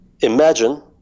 Imagine